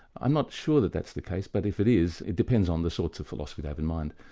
i'm not sure that that's the case, but if it is, it depends on the sorts of philosophy they have in mind.